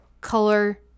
color